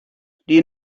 you